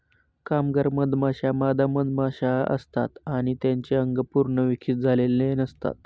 कामगार मधमाश्या मादा मधमाशा असतात आणि त्यांचे अंग पूर्ण विकसित झालेले नसतात